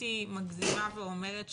הייתי מגזימה ואומרת שערורייתיים,